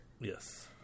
Yes